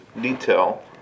detail